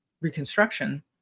reconstruction